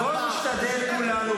לראש הממשלה בנט, "נבל"; "נפתלי בנט, לך".